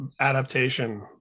adaptation